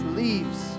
leaves